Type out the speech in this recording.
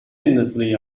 endlessly